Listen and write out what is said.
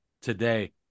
today